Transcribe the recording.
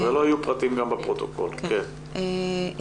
גם בפרוטוקול לא יהיו פרטים.